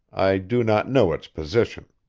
i do not know its position